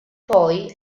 poi